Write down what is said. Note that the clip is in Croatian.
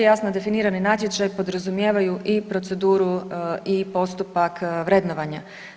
Jasno definirani natječaji podrazumijevaju i proceduru i postupak vrednovanja.